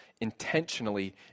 Intentionally